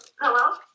hello